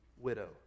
widow